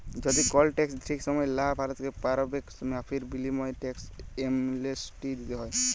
যদি কল টেকস ঠিক সময়ে লা ভ্যরতে প্যারবেক মাফীর বিলীময়ে টেকস এমলেসটি দ্যিতে হ্যয়